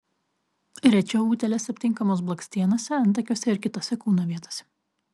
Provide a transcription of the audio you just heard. rečiau utėlės aptinkamos blakstienose antakiuose ir kitose kūno vietose